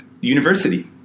university